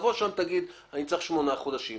תבוא לשם ותאמר שאתה צריך שמונה חודשים,